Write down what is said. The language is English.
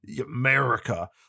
America